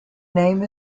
name